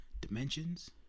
dimensions